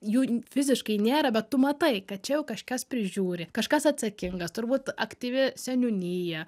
jų fiziškai nėra bet tu matai kad čia jau kažkas prižiūri kažkas atsakingas turbūt aktyvi seniūnija